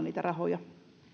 niitä rahoja